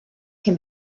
can